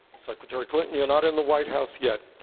secretary clinton, you're not in the white house yet.